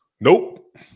Nope